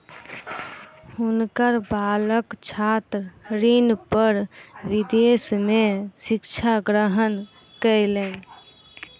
हुनकर बालक छात्र ऋण पर विदेश में शिक्षा ग्रहण कयलैन